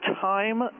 time